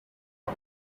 are